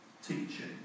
Teaching